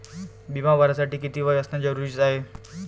बिमा भरासाठी किती वय असनं जरुरीच हाय?